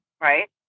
right